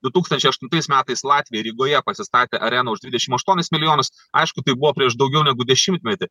du tūkstančiai aštuntais metais latviai rygoje pasistatė areną už dvidešim aštuonis milijonus aišku tai buvo prieš daugiau negu dešimtmetį